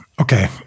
okay